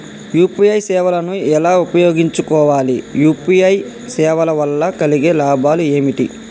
UPI సేవను ఎలా ఉపయోగించు కోవాలి? యూ.పీ.ఐ సేవల వల్ల కలిగే లాభాలు ఏమిటి?